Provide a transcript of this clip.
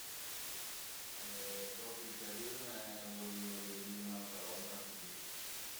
Al e propi piazüme, vurìu rivedilu ün'autra volta cun ti